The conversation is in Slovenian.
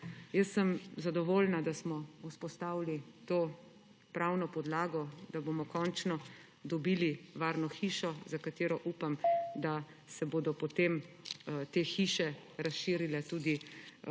Jaz sem zadovoljna, da smo vzpostavili to pravno podlago, da bomo končno dobili varno hišo, upam, da se bodo potem te hiše razširile tudi